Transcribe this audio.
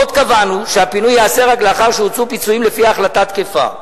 עוד קבענו שהפינוי ייעשה רק לאחר שהוצעו פיצויים לפי החלטה תקפה.